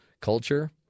culture